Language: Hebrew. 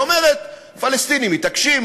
ואומרת: הפלסטינים מתעקשים,